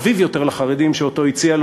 חביב יותר לחרדים שאותו הציע,